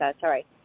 sorry